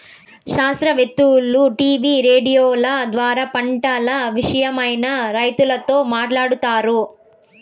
శాస్త్రవేత్తలు టీవీ రేడియోల ద్వారా పంటల విషయమై రైతులతో మాట్లాడుతారు